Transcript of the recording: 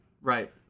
Right